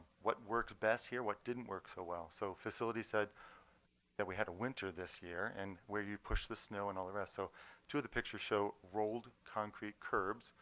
what works best here? what didn't work so well? so facility said that we had a winter this year and where you push the snow and all the rest. so two of the pictures show rolled concrete curbs.